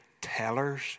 tellers